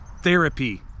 therapy